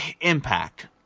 Impact